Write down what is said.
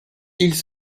ils